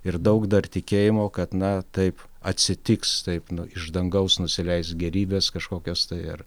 ir daug dar tikėjimo kad na taip atsitiks taip nu iš dangaus nusileis gėrybės kažkokios tai ar